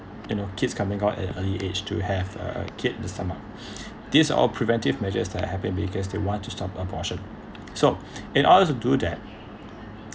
you know kids coming out at early age to have a kid in the stomach these all preventive measures that happened because they want to stop abortion so in order to do that